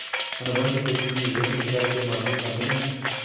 अनुबंध खेती में विभिन्न प्रकार के मॉडल शामिल हैं